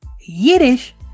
Yiddish